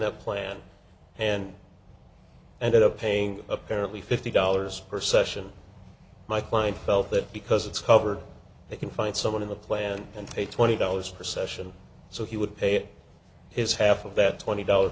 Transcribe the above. plan and ended up paying apparently fifty dollars per session my client felt that because it's covered they can find someone in the plan and pay twenty dollars for session so he would pay his half of that twenty dollar